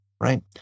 right